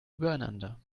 übereinander